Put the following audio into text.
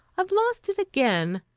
i've lost it again.